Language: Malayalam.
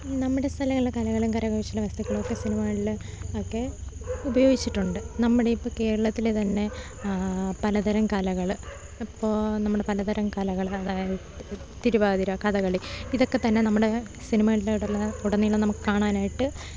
നമ്മുടെ സ്ഥലങ്ങളിലെ കലകളും കലകൗശലവസ്തുക്കളൊക്കെ സിനിമകളില് ഒക്കെ ഉപയോഗിച്ചിട്ടുണ്ട് നമ്മുടെ ഇപ്പ കേരളത്തിലെ തന്നെ പലതരം കലകള് ഇപ്പോ നമ്മള് പലതരം കലകള് അതായത് തിരുവാതിര കഥകളി ഇതൊക്കെ തന്നെ നമ്മുടെ സിനിമകളിലുടള ഉടനീളം നമ്മുക്ക് കാണാനായിട്ട്